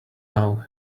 now